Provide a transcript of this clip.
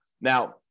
Now